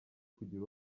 kugira